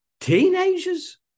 teenagers